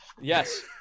yes